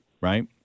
right